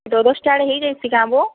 ଦଶ୍ ଦଶ୍ ଟା ଆଡ଼େ ହେଇ ଯାଇଛି କାଁ ବୋ